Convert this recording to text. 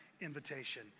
invitation